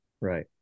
Right